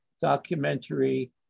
documentary